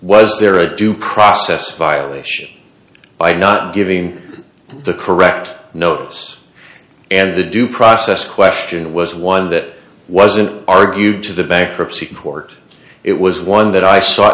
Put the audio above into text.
was there a due process violation by not giving the correct notice and the due process question was one that wasn't argued to the bankruptcy court it was one that i s